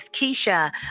Keisha